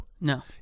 No